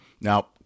Now